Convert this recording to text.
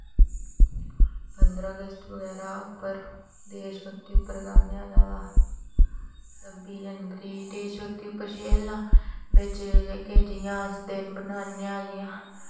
पंदरां अगस्त उप्पर जादै देश भगती उप्पर गान्ने आं जादा छब्बी जनवरी देश भगती उप्पर शैल ना बाकी बिच अस दिन मनान्ने आं जि'यां